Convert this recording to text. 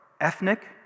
ethnic